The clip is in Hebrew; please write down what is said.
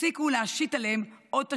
תפסיקו להשית עליהם עוד תשלומים,